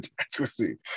accuracy